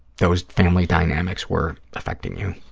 those family dynamics were affecting you.